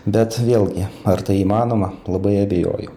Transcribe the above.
bet vėlgi ar tai įmanoma labai abejoju